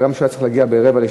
הגם שהיה צריך להגיע ב-23:45,